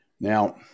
Now